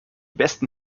besten